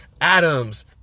Adams